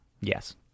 Yes